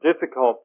difficult